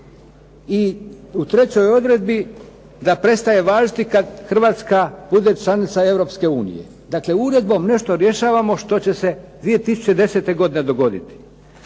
i u trećoj odredbi da prestaje važiti kad Hrvatska bude članica Europske unije. Dakle, uredbom nešto rješavamo što će se 2010. nešto dogoditi.